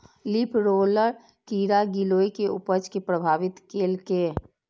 leaf roller कीड़ा गिलोय के उपज कें प्रभावित केलकैए